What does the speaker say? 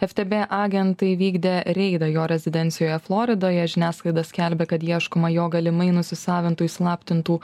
ftb agentai įvykdė reidą jo rezidencijoje floridoje žiniasklaida skelbia kad ieškoma jo galimai nusisavintų įslaptintų